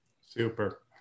Super